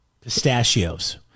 pistachios